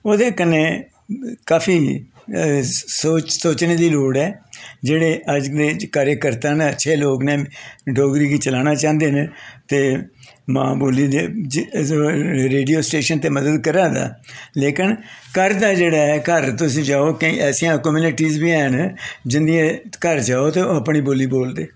ओह्दे कन्नै काफी सोचने दी लोड़ ऐ जेह्ड़े अज्ज दे कार्यकर्ता न अच्छे लोग न डोगरी गी चलाना चाहंदे न ते मां बोली दी रेडियो स्टेशन ते मदद करा दा लेकिन घर दा जेह्ड़ा ऐ घर तुस जाओ केईं ऐसियां कम्युनिटीस बी हैन जिंदे घर जाओ ते ओह् अपनी बोली बोलदे